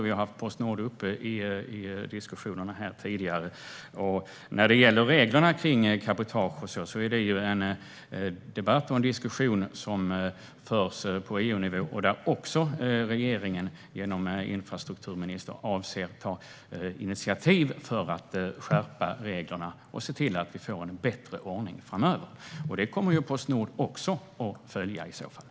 Vi har diskuterat Postnord här tidigare. När det gäller reglerna kring cabotage förs det en debatt och en diskussion på EU-nivå där regeringen genom infrastrukturministern avser att ta initiativ till att skärpa reglerna och se till att vi får en bättre ordning framöver. Det kommer Postnord också att följa i så fall.